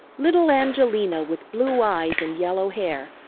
little angelina with blue eyes and yellow hair,